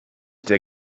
der